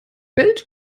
bellt